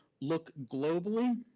look globally,